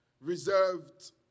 reserved